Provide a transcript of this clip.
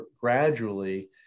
gradually